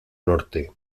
norte